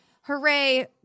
Hooray